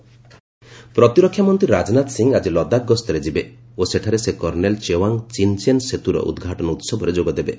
ରାଜଥାନ ଲଦାଖ ପ୍ରତିରକ୍ଷାମନ୍ତ୍ରୀ ରାଜନାଥ ସିଂ ଆଜି ଲଦାଖ ଗସ୍ତରେ ଯିବେ ଓ ସେଠାରେ ସେ କର୍ଣ୍ଣେଲ୍ ଚେୱାଙ୍ଗ ରିନ୍ଚେନ୍ ସେତୁର ଉଦ୍ଘାଟନ ଉତ୍ସବରେ ଯୋଗଦେବେ